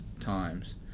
times